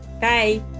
Bye